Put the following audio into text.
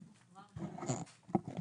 בבקשה.